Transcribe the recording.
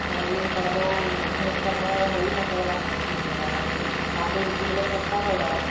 গালি পাৰিলেও সিহঁতি তাৰমানে হেৰি নকৰে আৰু মোক যেনিবা কামটো শিকিবলৈ চেষ্টা কৰে আৰু